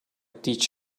teach